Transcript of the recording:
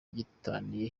gitaniye